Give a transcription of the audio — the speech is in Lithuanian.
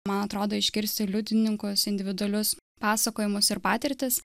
man atrodo išgirsti liudininkus individualius pasakojimus ir patirtis